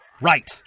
Right